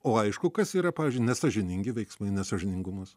o aišku kas yra pavyzdžiui nesąžiningi veiksmai nesąžiningumas